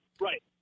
right